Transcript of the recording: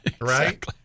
right